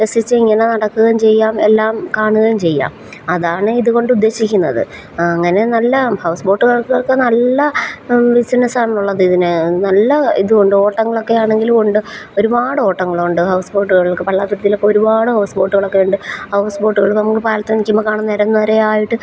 രസിച്ചിങ്ങനെ നടക്കുകയും ചെയ്യാം എല്ലാം കാണുകയും ചെയ്യാം അതാണ് ഇതുകൊണ്ടുദ്ദേശിക്കുന്നത് അങ്ങനെ നല്ല ഹൗസ് ബോട്ടുകൾക്കൊക്കെ നല്ല ബിസിനസാണുള്ളത് ഇതിന് നല്ല ഇതുമുണ്ട് ഓട്ടങ്ങളൊക്കെ ആണെങ്കിലുമുണ്ട് ഒര്പാടോട്ടങ്ങളുണ്ട് ഹൗസ് ബോട്ടുകൾക്ക് പള്ളാത്തുരുത്തിയിലൊക്കെ ഒരുപാട് ഹൗസ്ബോട്ടുകളൊക്കെയുണ്ട് ഹൗസ്ബോട്ടുകൾ നമുക്ക് പാലത്തിൽ നിൽക്കുമ്പം കാണാം നിരനിരയായിട്ട്